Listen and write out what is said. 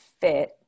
fit